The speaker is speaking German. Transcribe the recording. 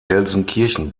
gelsenkirchen